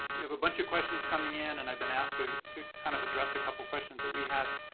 we have a bunch of questions coming in, and i've been asked to to kind of address a couple of questions that we had